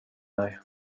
mig